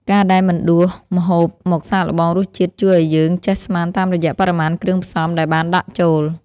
ការដែលមិនដួសម្ហូបមកសាកល្បងរសជាតិជួយឱ្យយើងចេះស្មានតាមរយៈបរិមាណគ្រឿងផ្សំដែលបានដាក់ចូល។